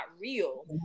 real